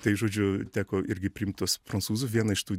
tai žodžiu teko irgi priimt tuos prancūzų vieną iš tų